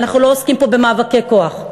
אנחנו לא עוסקים פה במאבקי כוח.